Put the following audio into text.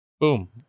Boom